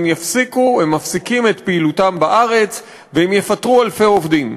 יפסיקו את פעילותם בארץ ויפטרו אלפי עובדים.